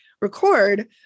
record